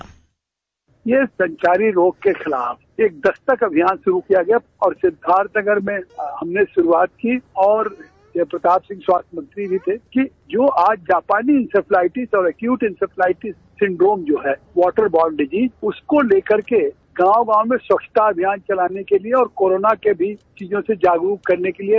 bite यह संचारी रोग के खिलाफ एक दस्तक अभियान शुरू किया गया है और सिद्धार्थनगर में हमने शुरूआत की और साथ में स्वास्थ्य मंत्री भी थे जो आज जापानी इंसेफेलाइटिस और एक्यूट इंसेफेलाइटिस सिंगडोम जो है वाटर डिजीज उसको लेकर के गांव गांव में स्वच्छता अभियान चलाने के लिये कोरोना के भी चीजों में जागरूक करने के लिये